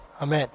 Amen